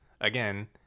again